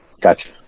Gotcha